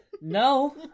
No